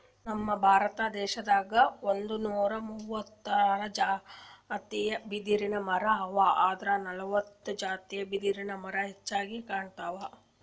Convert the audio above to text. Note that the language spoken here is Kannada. ನಮ್ ಭಾರತ ದೇಶದಾಗ್ ಒಂದ್ನೂರಾ ಮೂವತ್ತಾರ್ ಜಾತಿದ್ ಬಿದಿರಮರಾ ಅವಾ ಆದ್ರ್ ನಲ್ವತ್ತ್ ಜಾತಿದ್ ಬಿದಿರ್ಮರಾ ಹೆಚ್ಚಾಗ್ ಕಾಣ್ಸ್ತವ್